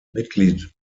mitgliedstaaten